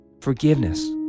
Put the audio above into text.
forgiveness